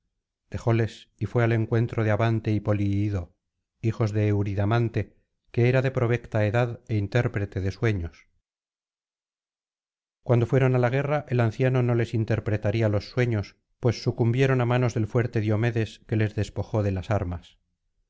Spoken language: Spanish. dejóles y fué al encuentro de abante y poludo hijos de euridamante que era de provecta edad é intérprete de sueños cuando fueron á la guerra el anciano no les interpretaría los sueños pues sucumbieron á manos del fuerte diomedes que les despojó de las armas